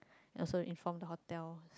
also inform the hotel